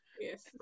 Yes